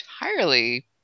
entirely